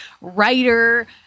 writer